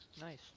Nice